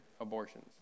abortions